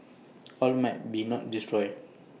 all might not be destroyed